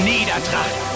Niedertracht